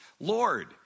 Lord